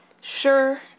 Sure